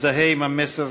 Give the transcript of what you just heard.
מזדהה עם המסר